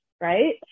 right